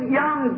young